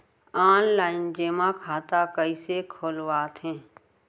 Online जेमा खाता कइसे खोलवाथे?